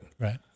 Right